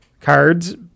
cards